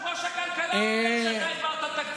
יושב-ראש ועדת הכלכלה אומר שאתה העברת תקציב,